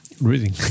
Reading